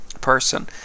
person